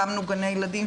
הקמנו גני ילדים,